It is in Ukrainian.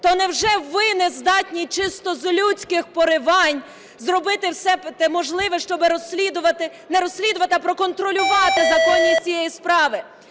То невже ви не здатні чисто з людських поривань зробити все можливе, щоби розслідувати... не розслідувати, а проконтролювати законність цієї справи?